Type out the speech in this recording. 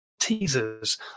teasers